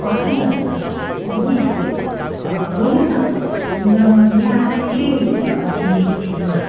होइन होइन घुमिसकेको घुमिसकेको चाहिँ छुइनँ यहाँ तपाईँकै घर छिमेकी छेउमा